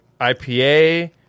IPA